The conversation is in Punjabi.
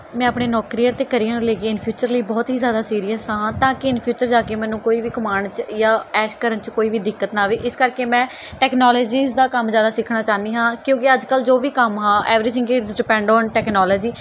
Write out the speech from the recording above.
ਮੈਂ ਆਪਣੇ ਨੌਕਰੀ ਅਤੇ ਕਰੀਅਰ ਨੂੰ ਲੈ ਕੇ ਇਨ ਫਿਊਚਰ ਲਈ ਬਹੁਤ ਹੀ ਜ਼ਿਆਦਾ ਸੀਰੀਅਸ ਹਾਂ ਤਾਂ ਕਿ ਇਨ ਫਿਊਚਰ ਜਾ ਕੇ ਮੈਨੂੰ ਕੋਈ ਵੀ ਕਮਾਉਣ 'ਚ ਜਾਂ ਐਸ਼ ਕਰਨ 'ਚ ਕੋਈ ਵੀ ਦਿੱਕਤ ਨਾ ਆਵੇ ਇਸ ਕਰਕੇ ਮੈਂ ਟੈਕਨੋਲਜੀਜ਼ ਦਾ ਕੰਮ ਜ਼ਿਆਦਾ ਸਿੱਖਣਾ ਚਾਹੁੰਦੀ ਹਾਂ ਕਿਉਂਕਿ ਅੱਜ ਕੱਲ੍ਹ ਜੋ ਵੀ ਕੰਮ ਆ everything is depend on technology